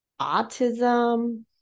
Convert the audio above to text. autism